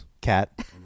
cat